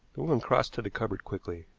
the woman crossed to the cupboard quickly.